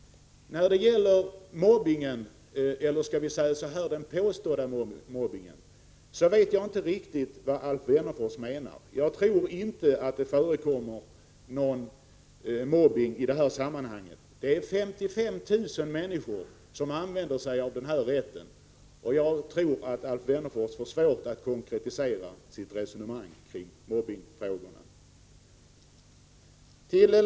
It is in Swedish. När det gäller den mobbning som påstås finnas vill jag säga att jag inte riktigt vet vad Alf Wennerfors menar. Jag tror inte att det förekommer någon mobbning i detta sammanhang. Det är ju ändå 55 000 människor som utnyttjar rätten till ersättning. Jag tror att Alf Wennerfors får det svårt när det gäller att konkretisera det resonemang han för i fråga om mobbningen.